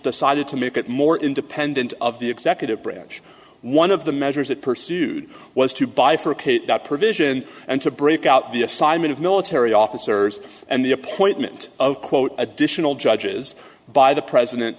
decided to make it more independent of the executive branch one of the measures it pursued was to bifurcate that provision and to break out the assignment of military officers and the appointment of quote additional judges by the president